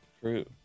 True